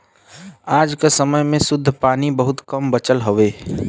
आज क समय में शुद्ध पानी बहुत कम बचल हउवे